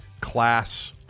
class